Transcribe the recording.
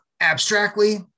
abstractly